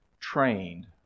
trained